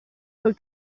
col